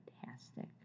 fantastic